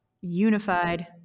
unified